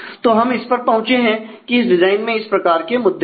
तो हम इस पर पहुंचे हैं की इस डिजाइन में इस प्रकार के मुद्दे हैं